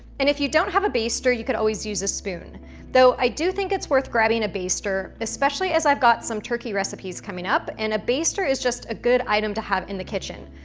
and if you don't have a baster, you could always use a spoon though i do think it's worth grabbing a baster especially as i've got some turkey recipes coming up and a baster is just a good item to have in the kitchen,